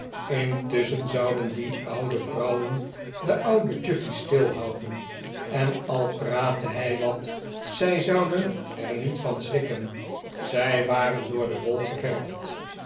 intusschen zouden die oude vrouwen den ouden chuffey stilhouden en al praatte hij wat zij zouden er niet van schrikken zij waren door de wol geverfd